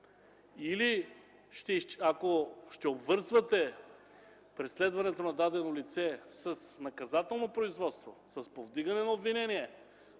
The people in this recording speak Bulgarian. Не! Ако ще обвързвате преследването на дадено лице с наказателно производство, с повдигане на обвинение